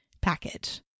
package